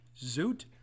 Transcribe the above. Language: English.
Zoot